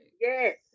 yes